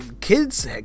kids